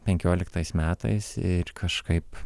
penkioliktais metais ir kažkaip